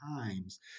times